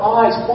eyes